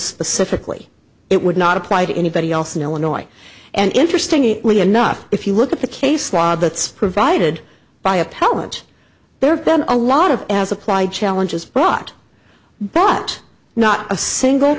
specifically it would not apply to anybody else in illinois and interestingly enough if you look at the case law that's provided by appellant there have been a lot of as applied challenges brought but not a single